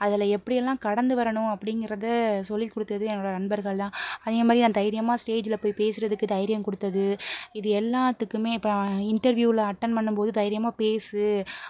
அதில் எப்படி எல்லாம் கடந்து வரணும் அப்படிங்கிறத சொல்லிக் கொடுத்தது என்னோட நண்பர்கள்தான் அதேமாதிரி நான் தைரியமாக ஸ்டேஜில் போய் பேசுறதுக்கு தைரியம் கொடுத்தது இது எல்லாத்துக்குமே இப்போ இன்டர்வியூவில் அட்டன் பண்ணும்போது தைரியமாக பேசு